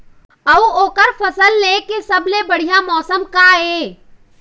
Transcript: अऊ ओकर फसल लेय के सबसे बढ़िया मौसम का ये?